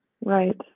Right